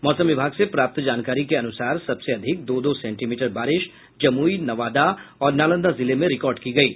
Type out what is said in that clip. मौसम विभाग से प्राप्त जानकारी के अनुसार सबसे अधिक दो दो सेंटीमीटर बारिश जमुई नवादा और नालंदा जिले में रिकॉर्ड की गयी